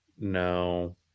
No